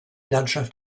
landschaft